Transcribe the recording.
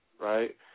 right